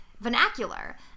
vernacular